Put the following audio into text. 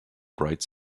bright